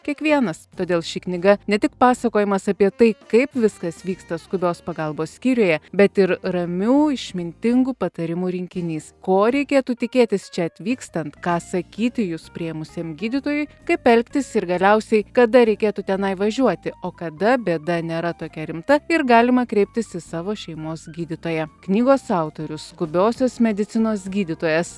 kiekvienas todėl ši knyga ne tik pasakojimas apie tai kaip viskas vyksta skubios pagalbos skyriuje bet ir ramių išmintingų patarimų rinkinys ko reikėtų tikėtis čia atvykstant ką sakyti jus priėmusiam gydytojui kaip elgtis ir galiausiai kada reikėtų tenai važiuoti o kada bėda nėra tokia rimta ir galima kreiptis į savo šeimos gydytoją knygos autorius skubiosios medicinos gydytojas